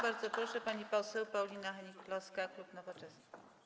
Bardzo proszę, pani poseł Paulina Hennig-Kloska, klub Nowoczesna.